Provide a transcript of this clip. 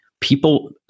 people